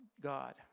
God